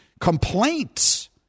complaints